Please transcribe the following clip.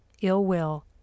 ill-will